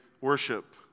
worship